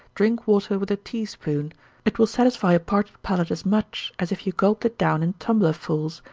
drink water with a tea-spoon it will satisfy a parched palate as much as if you gulped it down in tumblerfuls,